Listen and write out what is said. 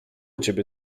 ciebie